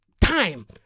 time